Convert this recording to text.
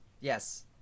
Yes